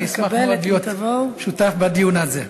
אשמח מאוד להיות שותף בדיון הזה.